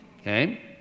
Okay